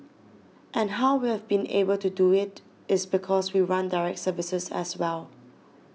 and how we have been able to do it it's because we run direct services as well